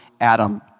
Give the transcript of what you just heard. Adam